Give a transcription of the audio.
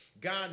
God